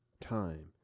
time